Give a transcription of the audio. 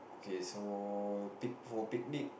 okay so pick for picnic